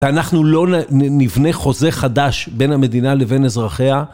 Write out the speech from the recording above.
ואנחנו לא נבנה חוזה חדש בין המדינה לבין אזרחיה.